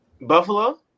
Buffalo